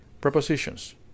Prepositions